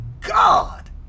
God